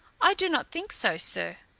i do not think so, sir.